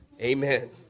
Amen